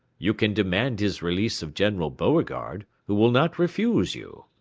you can demand his release of general beauregard, who will not refuse you.